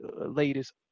latest